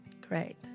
Great